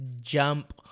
jump